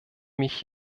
mich